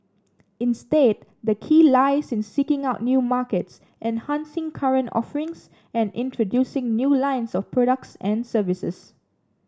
instead the key lies in seeking out new markets enhancing current offerings and introducing new lines of products and services